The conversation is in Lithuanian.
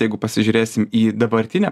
jeigu pasižiūrėsim į dabartinę